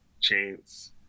Chance